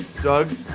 Doug